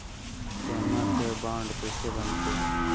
सोनमा के बॉन्ड कैसे बनते?